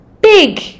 big